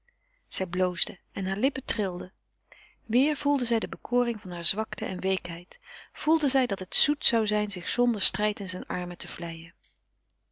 zij bloosde en haar lippen trilden weêr voelde zij de bekoring van hare zwakte en weekheid gevoelde zij dat het zoet zoude zijn zich zonder strijd in zijn armen te vlijen